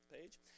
page